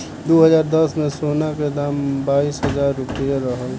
दू हज़ार दस में, सोना के दाम बाईस हजार रुपिया रहल